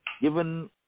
given